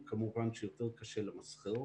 אז כמובן יותר קשה למסחר אותו.